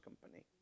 company